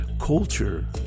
culture